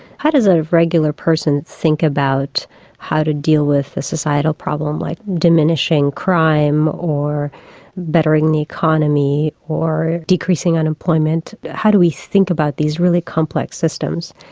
how does a regular person think about how to deal with a societal problem like diminishing crime, or bettering the economy, or decreasing unemployment? how do we think about these really complex systems?